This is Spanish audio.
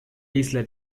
isla